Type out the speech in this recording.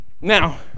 Now